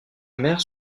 mère